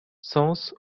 sens